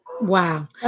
Wow